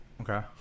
Okay